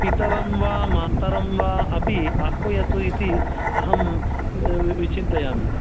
पितरं वा मातरं वा अपि आह्वयतु इति अहं विचिन्तयामि